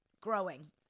growing